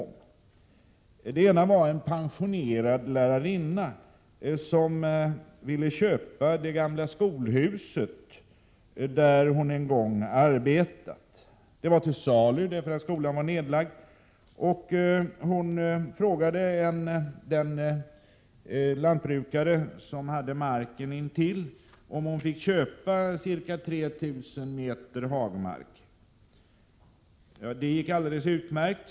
I det ena fallet gällde det en pensionerad lärarinna som ville köpa det gamla skolhus som hon en gång hade arbetat i. Skolan var nedlagd och skolhuset var till salu. Lärarinnan frågade den lantbrukare som ägde marken intill skolan om hon fick köpa ca 3 000 m? hagmark av honom. Det gick alldeles utmärkt.